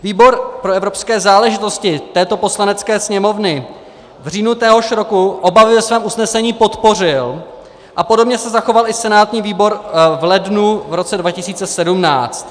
Výbor pro evropské záležitosti této Poslanecké sněmovny v říjnu téhož roku obavy ve svém usnesení podpořil a podobně se zachoval i senátní výbor v lednu v roce 2017.